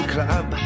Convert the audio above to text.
Club